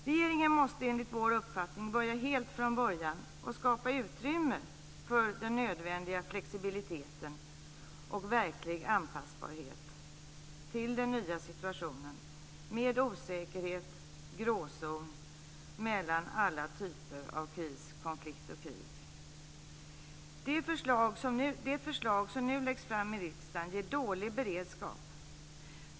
Regeringen måste enligt vår uppfattning börja om helt från början och skapa utrymme för den nödvändiga flexibiliteten och för verklig anpassbarhet till den nya situationen med osäkerhet, gråzon, mellan alla typer av kriser, konflikter och krig. Det förslag som nu läggs fram i riksdagen ger dålig beredskap.